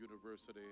University